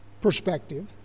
perspective